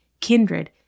kindred